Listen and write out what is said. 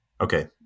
Okay